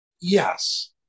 Yes